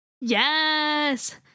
Yes